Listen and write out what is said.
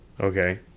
Okay